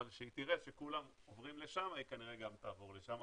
אבל כשהיא תראה שכולם עוברים לשם היא כנראה גם תעבור לשם,